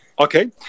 okay